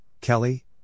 Kelly